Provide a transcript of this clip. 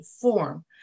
form